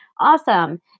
awesome